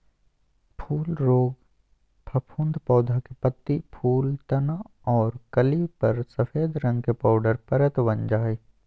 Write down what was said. फूल रोग फफूंद पौधा के पत्ती, फूल, तना आर कली पर सफेद रंग के पाउडर परत वन जा हई